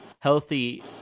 Healthy